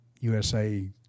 USA